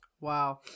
Wow